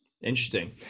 interesting